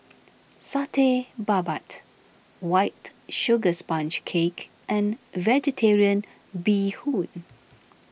Satay Babat White Sugar Sponge Cake and Vegetarian Bee Hoon